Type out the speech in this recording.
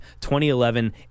2011